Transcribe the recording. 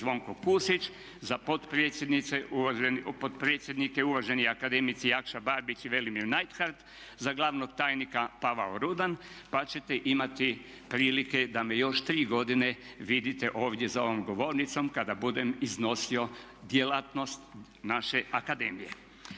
Zvonko Pusić, za potpredsjednike uvaženi akademici Jakša Barbić i Velimir Neidhardt, za glavnog tajnika Pavao Rudan pa ćete imati prilike da me još 3 godine vidite ovdje za ovom govornicom kada budem iznosio djelatnost naše akademije.